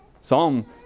Psalm